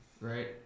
Right